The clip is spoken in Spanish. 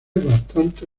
bastante